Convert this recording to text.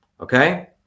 okay